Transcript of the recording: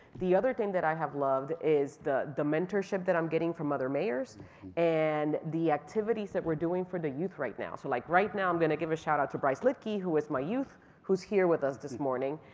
the other thing that i have loved is the the mentorship that i'm getting from other mayors and the activities that we're doing for the youth right now, so like right now, i'm gonna give a shout-out to bryce litkey who was my youth who's here with us this morning,